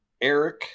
Eric